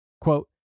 Quote